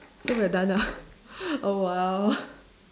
so we're done ah oh !wow!